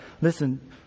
listen